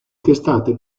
testate